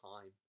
time